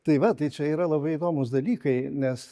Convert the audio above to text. tai va tai čia yra labai įdomūs dalykai nes